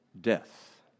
death